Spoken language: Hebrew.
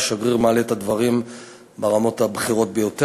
והשגריר מעלה את הדברים ברמות הבכירות ביותר.